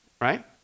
right